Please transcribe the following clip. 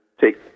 take